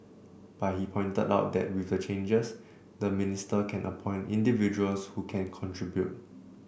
but he pointed out that with the changes the minister can appoint individuals who can contribute